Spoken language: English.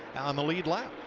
on the lead lap.